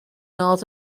north